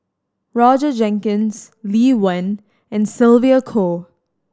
Roger Jenkins Lee Wen and Sylvia Kho